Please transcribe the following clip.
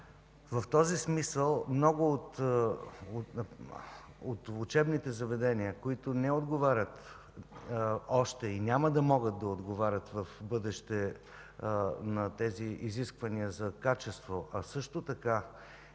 В този смисъл много от учебните заведения, които не отговорят още и няма да могат да отговорят в бъдеще на тези изисквания за качество, а също така